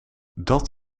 dat